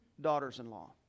daughters-in-law